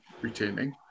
retaining